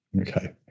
Okay